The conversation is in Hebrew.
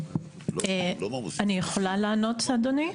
אני יכולה לענות, אדוני?